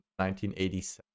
1987